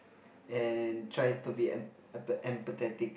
and try to be em~ empa~ empathetic